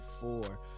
four